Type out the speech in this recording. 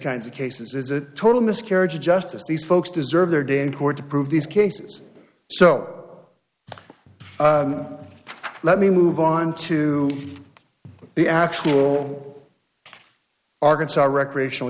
kinds of cases is a total miscarriage of justice these folks deserve their day in court to prove these cases so let me move on to the actual arkansas recreational